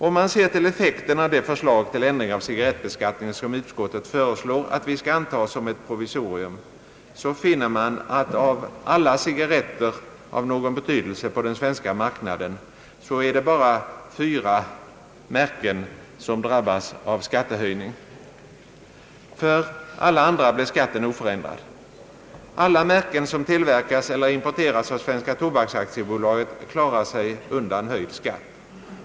Om man ser till effekten av det förslag till ändring av cigarrettbeskattningen som utskottet föreslår att vi skall anta som ett provisorium, så finner man att av alla cigarrettmärken av någon betydelse på den svenska marknaden är det bara fyra som drabbas av skattehöjning. För alla andra märken blir skatten oförändrad. Alla märken som tillverkas eller importeras av Svenska Tobaks AB klarar sig undan höjd skatt.